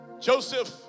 Joseph